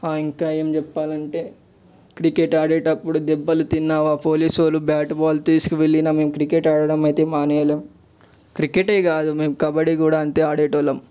ఇంకా ఏమి చెప్పాలి అంటే క్రికెట్ ఆడేటప్పుడు దెబ్బలుతిన్న పోలిస్ వాళ్ళు బాట్ బాల్ తీసుకువెళ్ళిన మేము క్రికెట్ ఆడడం అయితే మానేయలేదు క్రికెట్ కాదు మేము కబడ్డీ కూడా అంటే ఆడే వాళ్ళము